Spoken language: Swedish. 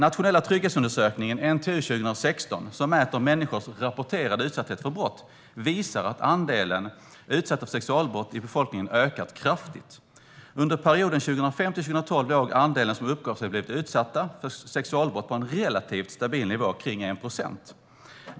Nationella trygghetsundersökningen, NTU, som mäter människors rapporterade utsatthet för brott visar 2016 att andelen utsatta för sexualbrott i befolkningen ökat kraftigt. Under perioden 2005-2012 låg andelen som uppgav sig ha blivit utsatta för sexualbrott på en relativt stabil nivå, kring 1 procent.